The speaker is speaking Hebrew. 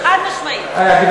גברת